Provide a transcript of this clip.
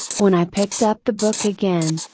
when i picked up the book again,